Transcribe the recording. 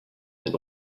and